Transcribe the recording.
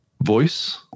Voice